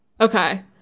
Okay